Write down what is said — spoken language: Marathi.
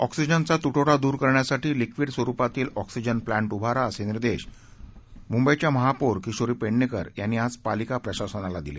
ऑक्सिजनचा तुटवडा दूर करण्यासाठी लिक्विड स्वरूपातील ऑक्सिजन प्लांट उभारा असे निर्देश महापौर किशोरी पेडणेकर यांनी आज पालिका प्रशासनाला दिले